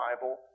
Bible